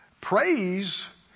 praise